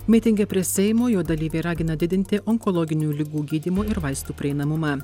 mitinge prie seimo jo dalyviai ragina didinti onkologinių ligų gydymo ir vaistų prieinamumą